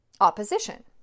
opposition